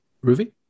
Ruby